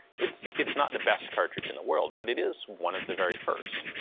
it's it's not the best cartridge in the world, but it is one of the very first.